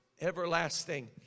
everlasting